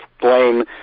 blame